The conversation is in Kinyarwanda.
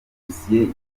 idosiye